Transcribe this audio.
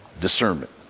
discernment